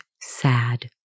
sad